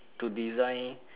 to design